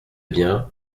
bien